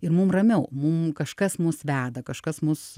ir mum ramiau mum kažkas mus veda kažkas mus